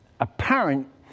apparent